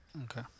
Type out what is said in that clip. okay